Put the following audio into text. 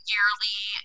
yearly